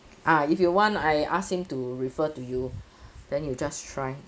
ah if you want I ask him to refer to you then you just try